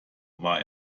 war